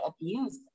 abuse